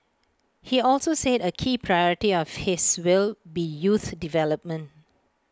he also said A key priority of his will be youth development